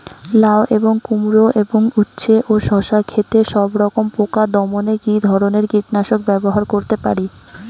লাউ এবং কুমড়ো এবং উচ্ছে ও শসা ক্ষেতে সবরকম পোকা দমনে কী ধরনের কীটনাশক ব্যবহার করতে পারি?